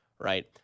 right